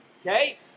Okay